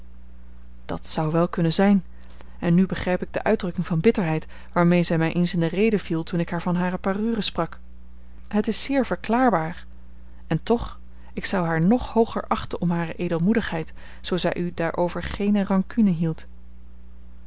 dat zou wel kunnen zijn en nu begrijp ik de uitdrukking van bitterheid waarmee zij mij eens in de rede viel toen ik haar van hare parure sprak het is zeer verklaarbaar en toch ik zou haar nog hooger achten om hare edelmoedigheid zoo zij u daarover geene rancune hield